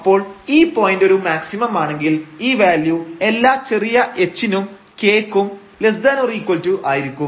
അപ്പോൾ ഈ പോയന്റ് ഒരു മാക്സിമം ആണെങ്കിൽ ഈ വാല്യു എല്ലാ ചെറിയ h നും k ക്കും ≦ ആയിരിക്കും